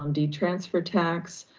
um deed transfer tax,